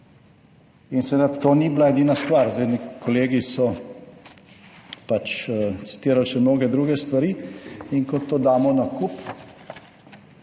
In seveda to ni bila edina stvar. Zdaj, ne, kolegi so pač citirali še mnoge druge stvari in ko to damo na kup,